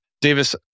Davis